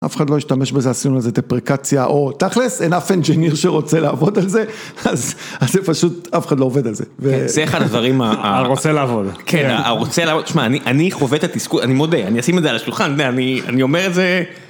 אף אחד לא ישתמש בזה, עשינו לזה דפריקציה, או תכלס, אין אף אנג'יניר שרוצה לעבוד על זה, אז זה פשוט, אף אחד לא עובד על זה. זה אחד הדברים, הרוצה לעבוד. כן, הרוצה לעבוד, שמע, אני חווה את התסכול, אני מודה, אני אשים את זה על השולחן, אני אומר את זה...